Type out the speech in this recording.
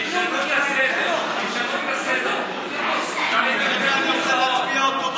תשנו את הסדר, צריך להצביע אוטומטית,